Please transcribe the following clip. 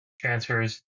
transfers